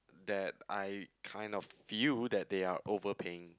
that I kind of view that they are overpaying